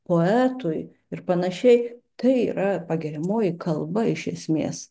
poetui ir panašiai tai yra pagiriamoji kalba iš esmės